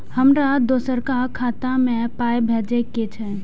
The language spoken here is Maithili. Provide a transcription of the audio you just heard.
हमरा दोसराक खाता मे पाय भेजे के छै?